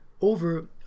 over